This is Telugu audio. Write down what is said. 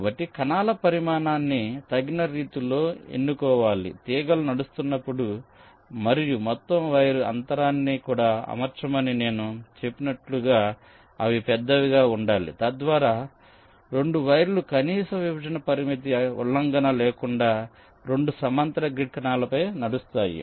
కాబట్టి కణాల పరిమాణాన్ని తగిన రీతిలో ఎన్నుకోవాలి తీగలు నడుస్తున్నప్పుడు మరియు మొత్తం వైర్ అంతరాన్ని కూడా అమర్చమని నేను చెప్పినట్లుగా అవి పెద్దవిగా ఉండాలి తద్వారా 2 వైర్లు కనీస విభజన పరిమితి ఉల్లంఘన లేకుండా 2 సమాంతర గ్రిడ్ కణాలపై నడుస్తాయి